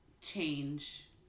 change